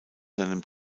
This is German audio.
seinem